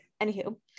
anywho